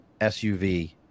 SUV